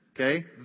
okay